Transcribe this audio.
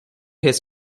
his